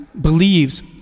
believes